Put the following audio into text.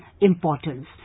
importance